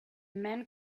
men